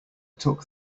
took